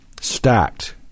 stacked